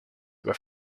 were